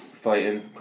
Fighting